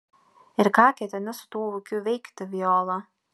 ir ką ketini su tuo ūkiu veikti viola